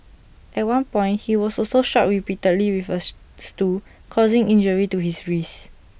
at one point he was also struck repeatedly with A stool causing injury to his wrist